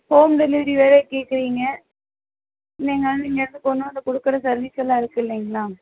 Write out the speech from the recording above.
home delivery வேறு கேட்குறீங்க நீங்கள் வந்து இங்கிருந்து கொண்டு வந்து கொடுக்குற சர்வீஸ் எல்லாம் இருக்கில்லைங்களா